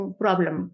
problem